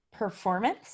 Performance